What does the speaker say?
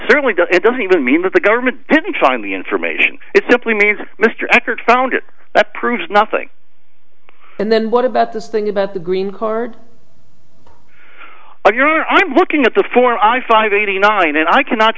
certainly doesn't it doesn't even mean that the government didn't find the information it simply means mr eckert found it that proves nothing and then what about this thing about the green card on your i'm looking at the four i five eighty nine and i cannot